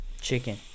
Chicken